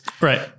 Right